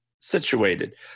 situated